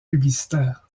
publicitaires